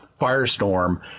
Firestorm